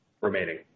remaining